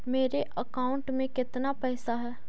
मेरे अकाउंट में केतना पैसा है?